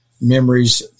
memories